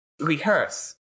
rehearse